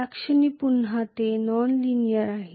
त्या क्षणी पुन्हा ते नॉनलिनीअर आहे